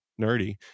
nerdy